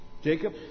Jacob